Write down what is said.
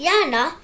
Yana